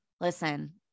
listen